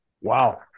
Wow